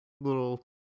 little